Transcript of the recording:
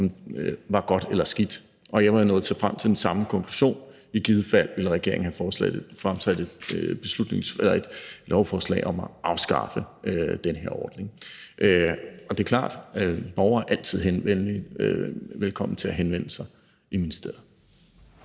så var godt eller skidt. Og jeg ville være nået frem til den samme konklusion: I givet fald ville regeringen have fremsat et lovforslag om at afskaffe den her ordning. Det er klart, at borgere altid er velkomne til at henvende sig i ministeriet.